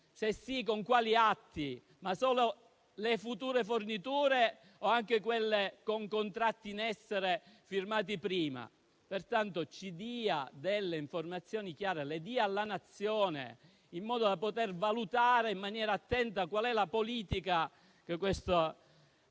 Se sì, con quali atti? Solamente le future forniture o anche quelle con contratti in essere firmati prima? Ci dia delle informazioni chiare, le dia alla Nazione, in modo da poter valutare in maniera attenta qual è la politica che il suo